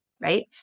Right